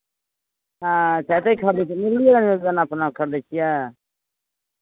अच्छा ओतहि खरिदै छियै तऽ रोजाना अपना खरिदै छियै